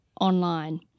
online